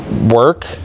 work